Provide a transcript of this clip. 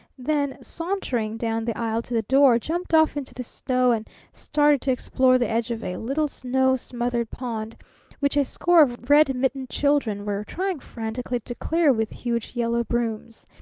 then, sauntering down the aisle to the door, jumped off into the snow and started to explore the edge of a little, snow-smothered pond which a score of red-mittened children were trying frantically to clear with huge yellow brooms.